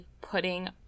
putting—